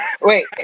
wait